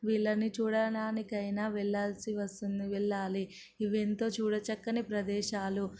వీళ్ళని చూడడానికైనా వెళ్లాల్సి వస్తుంది వెళ్లాలి ఇవెంతో చూడచక్కని ప్రదేశాలు